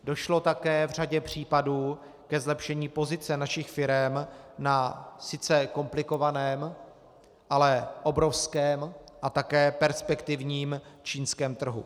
Došlo také v řadě případů ke zlepšení pozice našich firem na sice komplikovaném, ale obrovském a také perspektivním čínském trhu.